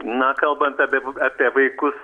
na kalbant apie apie vaikus